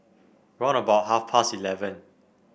round about half past eleven